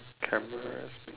cameras